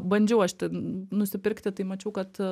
bandžiau aš ten nusipirkti tai mačiau kad